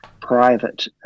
private